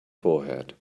forehead